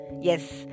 Yes